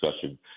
discussion